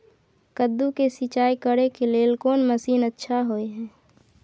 कद्दू के सिंचाई करे के लेल कोन मसीन अच्छा होय है?